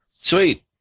Sweet